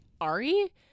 Ari